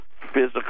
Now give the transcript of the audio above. physical